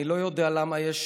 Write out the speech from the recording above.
אני לא יודע למה יש